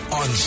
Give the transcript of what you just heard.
on